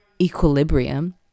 equilibrium